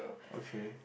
okay